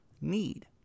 need